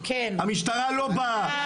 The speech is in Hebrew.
המשטרה לא באה,